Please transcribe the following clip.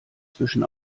zwischen